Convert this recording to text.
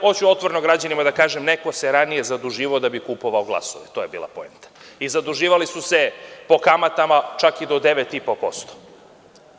Hoću otvoreno građanima da kažem, neko se ranije zaduživao da bi kupovao glasove, to je bila poenta i zaduživali su se po kamatama čak i do 9,5%